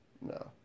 No